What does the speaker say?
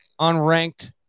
unranked